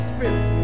Spirit